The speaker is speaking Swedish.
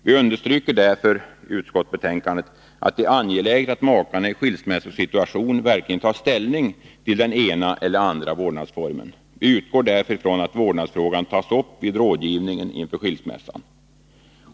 Vi understryker därför i utskottsbetänkandet att det är angeläget att makarna i skilsmässosituationen verkligen bestämmer sig för den ena eller andra vårdnadsformen. Vi utgår därför från att vårdnadsfrågan tas upp vid rådgivningen inför skilsmässan.